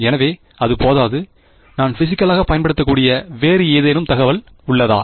எனவே அது போதாது நான் பிசிகளாக பயன்படுத்தக்கூடிய வேறு ஏதேனும் தகவல் உள்ளதா